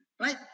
right